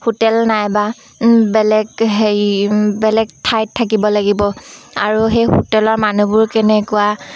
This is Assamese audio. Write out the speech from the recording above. হোটেল নাই বা বেলেগ হেৰি বেলেগ ঠাইত থাকিব লাগিব আৰু সেই হোটেলৰ মানুহবোৰ কেনেকুৱা